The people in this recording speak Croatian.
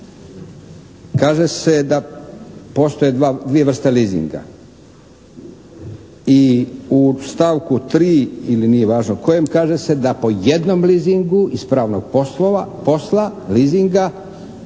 kaže se da postoje dvije vrste leasinga i u stavku 3. ili nije važno kojem, kaže se da po jednom leasingu ispravnog posla leasinga